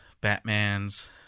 Batman's